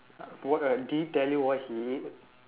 what uh did he tell you what he ate